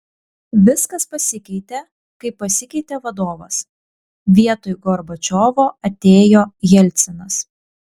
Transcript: viskas pasikeitė kai pasikeitė vadovas vietoj gorbačiovo atėjo jelcinas